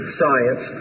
science